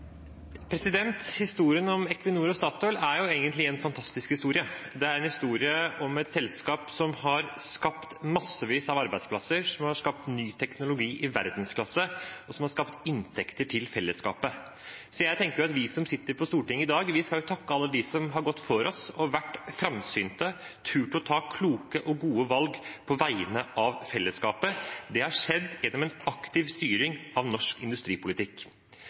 egentlig en fantastisk historie. Det er en historie om et selskap som har skapt massevis av arbeidsplasser, som har skapt ny teknologi i verdensklasse, og som har skapt inntekter til fellesskapet. Jeg tenker at vi som sitter på Stortinget i dag, skal takke alle dem som har gått før oss og vært framsynte, som har turt å ta kloke og gode valg på vegne av fellesskapet. Det har skjedd gjennom en aktiv styring av norsk industripolitikk.